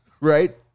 right